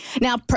Now